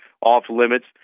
off-limits